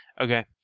Okay